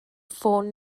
ffôn